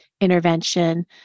intervention